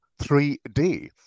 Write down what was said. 3D